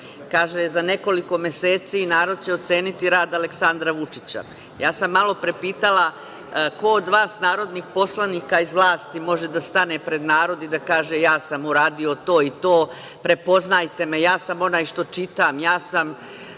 - za nekoliko meseci narod će oceniti rad Aleksandra Vučića. Ja sam malopre pitala - ko od vas narodnih poslanika iz vlasti može da stane pred narod i da kaže – ja sam uradio to i to, prepoznajte me, ja sam onaj što čitam, ja sam